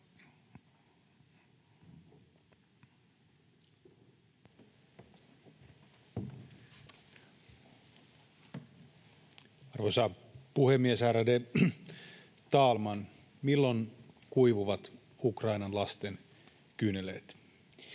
Arvoisa puhemies, ärade talman! Milloin kuivuvat Ukrainan lasten kyyneleet?